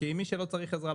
כי מי שלא צריך עזרה,